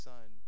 Son